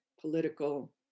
political